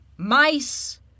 Mice